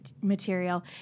material